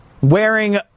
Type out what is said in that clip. wearing